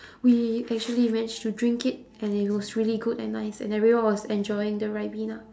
we actually managed drink it and it was really good and nice and everyone was enjoying the riben